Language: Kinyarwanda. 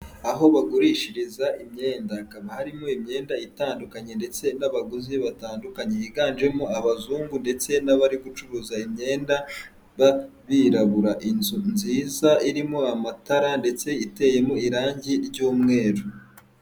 Aho bagurishiriza imyenda hakaba harimo imyenda itandukanye ndetse n'abaguzi batandukanye, Higanjemo abazungu ndetse n'abari gucuruza imyenda b'abirabura, inzu nziza irimo amatara ndetse iteyemo irangi ry'umweru.